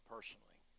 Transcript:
personally